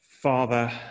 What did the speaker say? Father